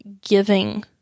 giving